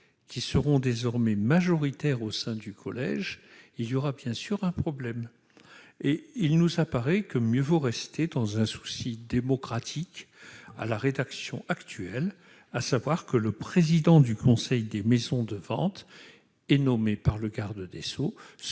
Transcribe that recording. qui seront désormais majoritaire au sein du collège, il y aura bien sûr un problème et il nous apparaît que mieux vaut rester dans un souci démocratique à la rédaction actuelle, à savoir que le président du Conseil des maisons de vente est nommé par le quart de des Dessau